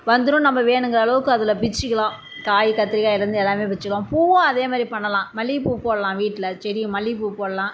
வந்துரும் நம்ம வேணுங்கிற அளவுக்கு அதில் பிச்சிக்கலாம் காய் கத்திரிக்காய்லேருந்து எல்லாமே பிச்சிக்குவோம் பூவும் அதேமாதிரி பண்ணலாம் மல்லிகைப்பூ போடலாம் வீட்டில் செடி மல்லிகப்பூ போடலாம்